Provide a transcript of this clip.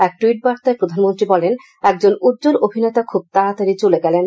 এক টুইট বার্তায় প্রধানমন্ত্রী বলেন একজন উজ্বল অভিনেতা খুব তাড়াতাড়ি চলে গেলেন